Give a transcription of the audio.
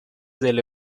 delle